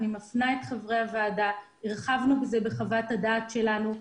אני מפנה את חברי הוועדה לחוות הדעת שלנו,